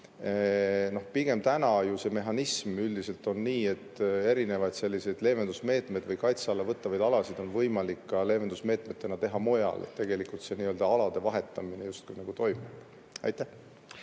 Pigem täna ju see mehhanism üldiselt on nii, et erinevaid leevendusmeetmeid või alade kaitse alla võtmisi on võimalik leevendusmeetmetena teha ka mujal. Tegelikult see nii-öelda alade vahetamine justkui toimub. Aitäh,